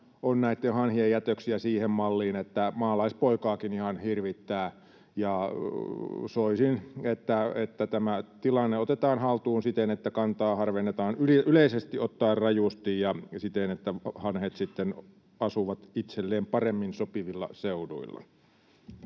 on näitten hanhien jätöksiä siihen malliin, että maalaispoikaakin ihan hirvittää. Soisin, että tämä tilanne otetaan haltuun siten, että kantaa harvennetaan yleisesti ottaen rajusti ja siten, että hanhet sitten asuvat itselleen paremmin sopivilla seuduilla.